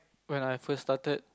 when I first started